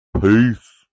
Peace